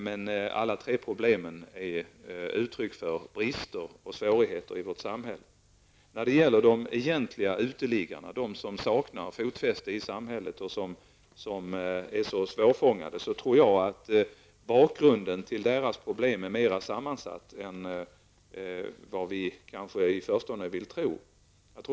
Men alla tre grupperna är ett uttryck för att vi har brister och svårigheter i vårt samhälle. När det gäller de egentliga uteliggarna, som saknar fotfäste i samhället och som är mycket svårfångade, tror jag att bakgrunden till deras problem är mer sammansatt än vad vi i förstone vill tro.